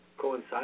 coincide